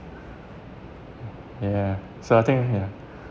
ya so I think ya